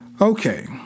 Okay